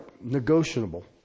negotiable